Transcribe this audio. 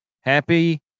happy